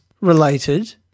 related